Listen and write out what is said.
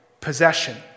possession